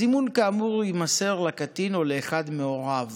הזימון, כאמור, יימסר לקטין או לאחד מהוריו,